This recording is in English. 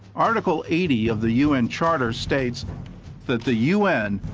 article eighty of the u n. charter states that the u n.